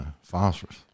Phosphorus